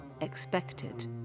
expected